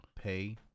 pay